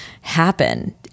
happen